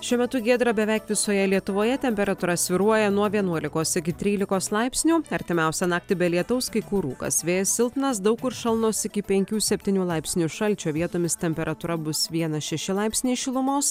šiuo metu giedra beveik visoje lietuvoje temperatūra svyruoja nuo vienuolikos iki trylikos laipsnių artimiausią naktį be lietaus kai kur rūkas vėjas silpnas daug kur šalnos iki penkių septynių laipsnių šalčio vietomis temperatūra bus vienas šeši laipsniai šilumos